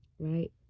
Right